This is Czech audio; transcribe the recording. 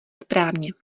správně